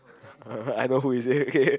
I know who is it okay